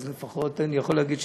אז לפחות אני יכול להגיד שתרמתי,